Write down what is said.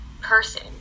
person